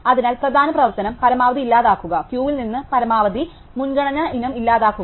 അതിനാൽ പ്രധാന പ്രവർത്തനം പരമാവധി ഇല്ലാതാക്കുക ക്യൂവിൽ നിന്ന് പരമാവധി മുൻഗണനാ ഇനം ഇല്ലാതാക്കുക